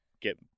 get